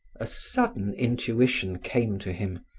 a sudden intuition came to him.